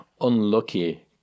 unlucky